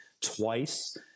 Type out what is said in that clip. twice